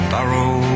Barrow